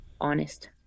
honest